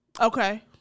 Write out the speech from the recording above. Okay